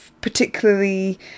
particularly